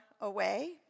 away